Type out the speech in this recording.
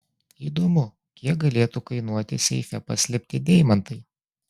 įdomu kiek galėtų kainuoti seife paslėpti deimantai